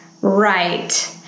Right